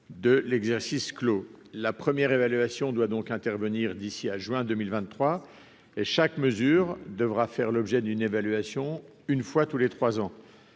de l'exercice clos la première évaluation doit donc intervenir d'ici à juin 2023 et chaque mesure devra faire l'objet d'une évaluation, une fois tous les 3 ans,